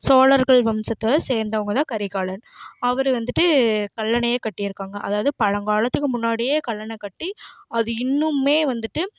சோழர்கள் வம்சத்தை சேர்ந்தவங்கதான் கரிகாலன் அவர் வந்துட்டு கல்லணையை கட்டியிருக்காங்க அதாவது பழங்காலத்துக்கு முன்னாடியே கல்லணை கட்டி அது இன்னுமே வந்துட்டு